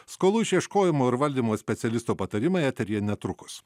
skolų išieškojimo ir valdymo specialisto patarimai eteryje netrukus